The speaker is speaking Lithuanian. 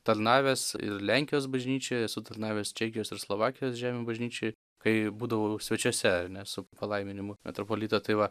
tarnavęs ir lenkijos bažnyčioj esu tarnavęs čekijos ir slovakijos žemių bažnyčioj kai būdavau svečiuose su palaiminimu metropolito tai va